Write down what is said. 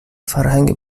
فرهنگ